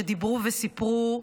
שדיברו וסיפרו,